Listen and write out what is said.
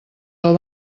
del